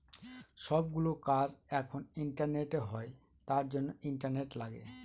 সব গুলো কাজ এখন ইন্টারনেটে হয় তার জন্য ইন্টারনেট লাগে